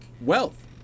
wealth